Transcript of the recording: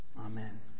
Amen